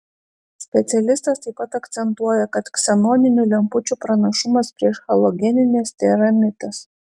specialistas taip pat akcentuoja kad ksenoninių lempučių pranašumas prieš halogenines tėra mitas